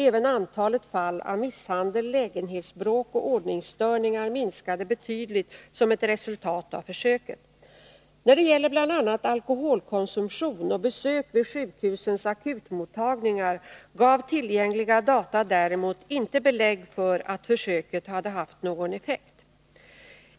Även antalet fall av misshandel, lägenhetsbråk och ordningsstörningar minskade betydligt som ett resultat av försöket. När det gäller bl.a. alkoholkonsumtion och besök vid sjukhusens akutmottagningar gav tillgängliga data däremot inte belägg för att försöket hade haft någon effekt.